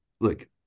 look